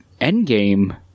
Endgame